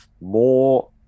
more